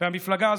והמפלגה הזאת,